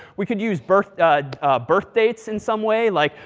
we could use birth um birth dates in some way. like,